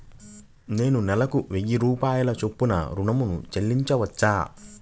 నేను నెలకు వెయ్యి రూపాయల చొప్పున ఋణం ను చెల్లించవచ్చా?